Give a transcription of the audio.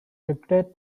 regret